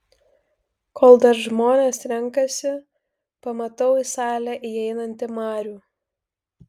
kol dar žmonės renkasi pamatau į salę įeinantį marių